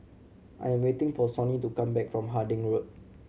I am waiting for Sonny to come back from Harding Road